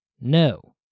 No